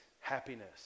happiness